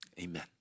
amen